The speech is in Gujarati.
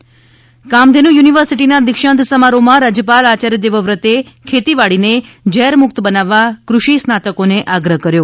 ૈ કામઘેનુ યુનિવર્સિટીના દીક્ષાંત સમારોહમાં રાજ્યપાલ આચાર્ય દેવવ્રત ખેતીવાડીને ઝેરમુક્ત બનાવવા કૃષિ સ્નાતકોને આગ્રહ કર્યો